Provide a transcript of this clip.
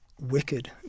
wicked